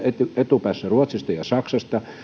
etupäässä ruotsista ja saksasta